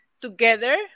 together